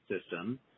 system